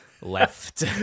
Left